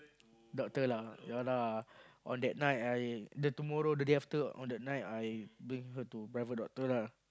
doctor lah yea lah on that night I the tomorrow the day after on the night I bring her to private doctor lah